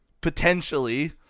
potentially